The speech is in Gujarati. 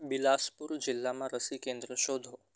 બિલાસપુર જિલ્લામાં રસી કેન્દ્ર શોધો